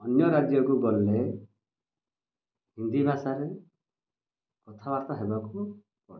ଅନ୍ୟ ରାଜ୍ୟକୁ ଗଲେ ହିନ୍ଦୀ ଭାଷାରେ କଥାବାର୍ତ୍ତା ହେବାକୁ ପଡ଼େ